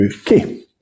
Okay